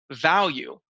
value